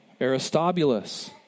Aristobulus